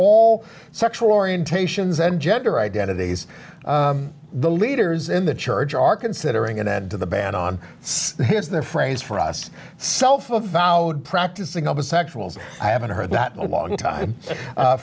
all sexual orientations and gender identities the leaders in the church are considering an end to the ban on the phrase for us cellphone vowed practicing homosexuals i haven't heard that a long time